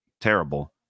terrible